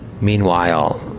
Meanwhile